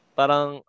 parang